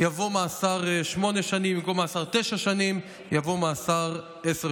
יבוא 'מאסר שמונה שנים'; במקום 'מאסר תשע שנים',